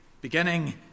beginning